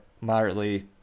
moderately